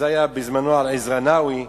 בזמנו זה היה על עזרא נאווי,